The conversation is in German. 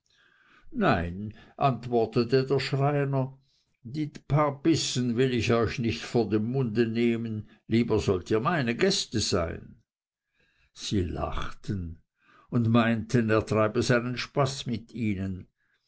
nein antwortete der schreiner die paar bissen will ich euch nicht vor dem munde nehmen lieber sollt ihr meine gäste sein sie lachten und meinten er triebe seinen spaß mit ihnen